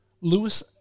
Lewis